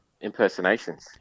Impersonations